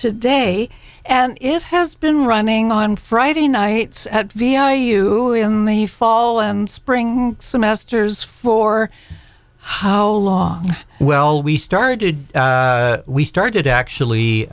today and it has been running on friday nights at v i you fall and spring semesters for how long well we started we started actually